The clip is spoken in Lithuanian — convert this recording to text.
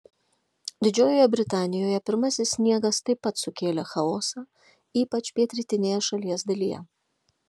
didžiojoje britanijoje pirmasis sniegas taip pat sukėlė chaosą ypač pietrytinėje šalies dalyje